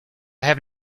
have